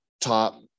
top